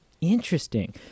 Interesting